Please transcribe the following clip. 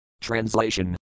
Translation